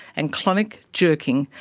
and clonic, jerking,